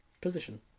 position